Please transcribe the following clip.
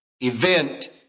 event